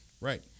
Right